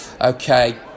okay